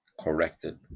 corrected